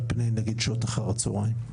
על פני נגיד שעות אחר הצוהריים.